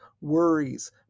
worries